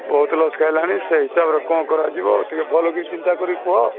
ବହୁତ ଲସ ଖାଇଲାଣି ସେଇ ହିସାବରେ କ'ଣ କରାଯିବ ଟିକେ ଭଲକି ଚିନ୍ତା କରିକି କୁହ